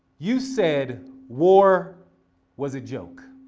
you said war was a joke,